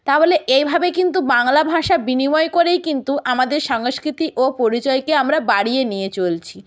তা বলে এইভাবে কিন্তু বাংলা ভাষা বিনিময় করেই কিন্তু আমাদের সংস্কৃতি ও পরিচয়কে আমরা বাড়িয়ে নিয়ে চলছি